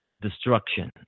destruction